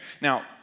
Now